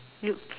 you